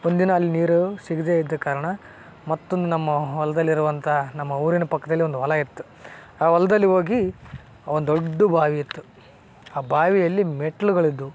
ಒಂದಿನ ಅಲ್ಲಿ ನೀರು ಸಿಗದೇ ಇದ್ದ ಕಾರಣ ಮತ್ತೊಂದು ನಮ್ಮ ಹೊಲದಲ್ಲಿರುವಂಥ ನಮ್ಮ ಊರಿನ ಪಕ್ಕದಲ್ಲಿ ಒಂದು ಹೊಲ ಇತ್ತು ಆ ಹೊಲದಲ್ಲಿ ಹೋಗಿ ಒಂದು ದೊಡ್ಡ ಬಾವಿ ಇತ್ತು ಆ ಬಾವಿಯಲ್ಲಿ ಮೆಟ್ಟಿಲುಗಳಿದ್ವು